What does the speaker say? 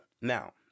Now